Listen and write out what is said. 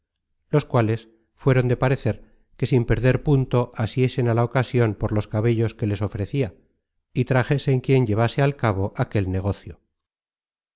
los cuales fueron de parecer que sin perder punto asiesen á la ocasion por los cabellos que les ofrecia y trajesen quien llevase al cabo aquel negocio